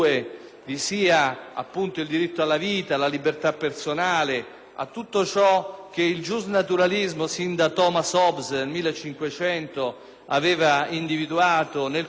a tutto ciò che il giusnaturalismo, sin da Thomas Hobbes, nel 1500, aveva individuato nel contrattualismo costituzionale di livello europeo.